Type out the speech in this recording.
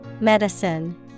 Medicine